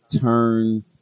turn